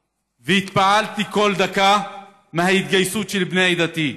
והתפעלתי כל דקה מההתגייסות של בני עדתי.